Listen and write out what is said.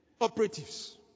operatives